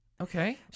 Okay